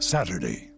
Saturday